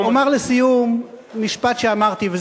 אומר לסיום משפט שאמרתי,